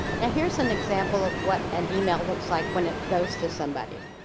now, here's an example of what an email looks like when it goes to somebody.